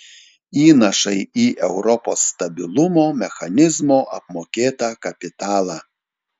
įnašai į europos stabilumo mechanizmo apmokėtą kapitalą